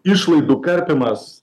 išlaidų karpymas